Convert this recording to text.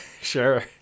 Sure